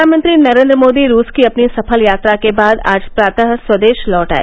प्रधानमंत्री नरेन्द्र मोदी रूस की अपनी सफल यात्रा के बाद आज प्रातः स्वदेश लौट आए